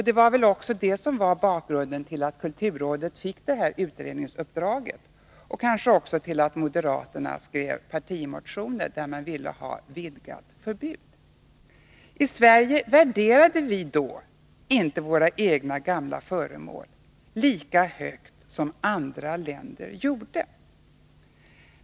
Det var väl också det som var bakgrunden till att kulturrådet fick utredningsuppdraget, och kanske till att moderaterna skrev partimotioner där man ville ha vidgat förbud. I Sverige värderade vi då inte våra egna gamla föremål lika högt som andra länder gjorde.